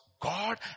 God